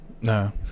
No